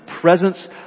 presence